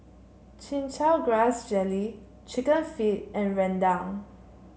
Chin Chow Grass Jelly chicken feet and Rendang